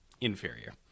inferior